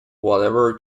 whatever